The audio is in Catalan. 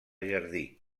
jardí